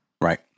Right